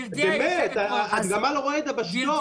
באמת, הגמל לא רואה את דבשתו.